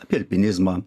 apie alpinizmą